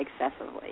excessively